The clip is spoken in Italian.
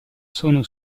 sono